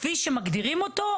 כפי שמגדירים אותו,